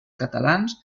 catalans